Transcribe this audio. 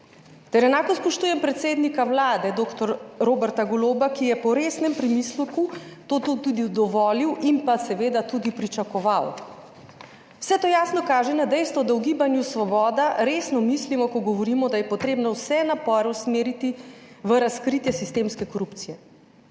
Ter enako spoštujem predsednika Vlade dr. Roberta Goloba, ki je po resnem premisleku to tudi dovolil in pa seveda tudi pričakoval. Vse to jasno kaže na dejstvo, da v Gibanju Svoboda resno mislimo, ko govorimo, da je potrebno vse napore usmeriti v razkritje sistemske korupcije.